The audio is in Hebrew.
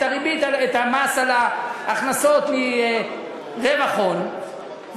את המס על ההכנסות מרווח הון,